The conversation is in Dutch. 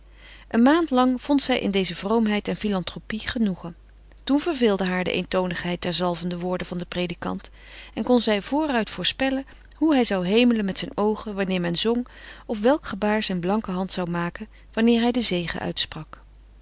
een maand lang vond zij in deze vroomheid en filantropie genoegen toen verveelde haar de eentonigheid der zalvende woorden van den predikant en kon zij vooruit voorspellen hoe hij zou hemelen met zijn oogen wanneer men zong of welk gebaar zijne blanke hand zou maken wanneer hij den zegen uitsprak